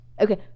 Okay